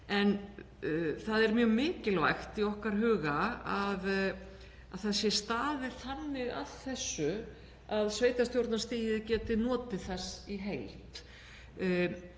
En það er mjög mikilvægt í okkar huga að það sé staðið þannig að þessu að sveitarstjórnarstigið geti notið þess í heild.